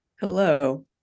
Hello